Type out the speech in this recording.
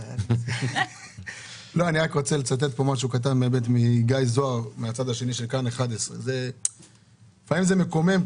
את גיא זוהר מהתוכנית "מהצד השני" של כאן 11. לפעמים זה מקומם.